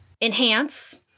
Enhance